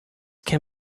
can